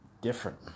different